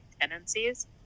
tendencies